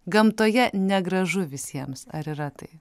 gamtoje negražu visiems ar yra tai